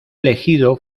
elegido